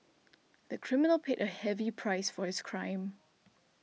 the criminal paid a heavy price for his crime